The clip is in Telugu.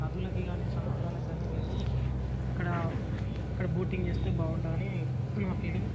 నదులకి గానీ సముద్రాలకి గానీ వెళ్ళి అక్కడ అక్కడ బోటింగ్ చేస్తే బాగుంటుందని నా ఫీలింగ్